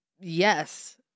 Yes